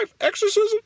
exorcism